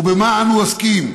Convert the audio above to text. ובמה אנו עוסקים?